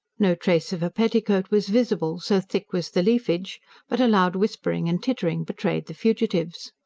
no trace of a petticoat was visible, so thick was the leafage but a loud whispering and tittering betrayed the fugitives.